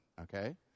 okay